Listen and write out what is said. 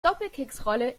doppelkeksrolle